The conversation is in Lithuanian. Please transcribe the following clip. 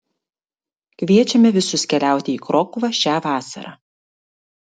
kviečiame visus keliauti į krokuvą šią vasarą